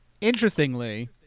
interestingly